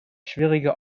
schwierige